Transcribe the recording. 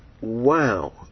wow